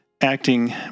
acting